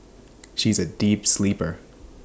she is A deep sleeper